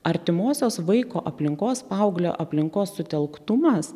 artimosios vaiko aplinkos paauglio aplinkos sutelktumas